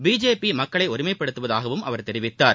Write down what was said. BJP மக்களை ஒருமைப்படுத்துவதாகவும் அவர் தெரிவித்தார்